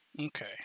Okay